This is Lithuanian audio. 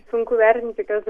sunku vertinti kas